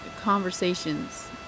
conversations